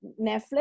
Netflix